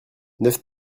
neuf